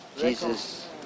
Jesus